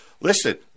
listen